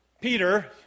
Peter